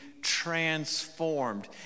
transformed